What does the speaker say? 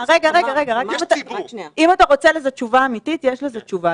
אם אתה רוצה תשובה אמיתית יש לזה תשובה.